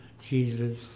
Jesus